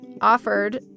offered